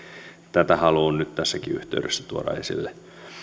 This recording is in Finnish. tämän haluan nyt tässäkin yhteydessä tuoda esille on